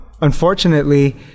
Unfortunately